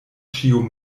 ĉiu